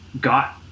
got